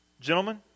Gentlemen